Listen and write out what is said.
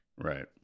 right